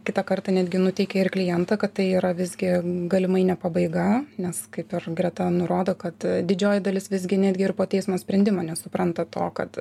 kitą kartą netgi nuteiki ir klientą kad tai yra visgi galimai ne pabaiga nes kaip ir greta nurodo kad didžioji dalis visgi netgi ir po teismo sprendimo nesupranta to kad